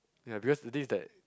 ya because is this that